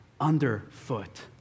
underfoot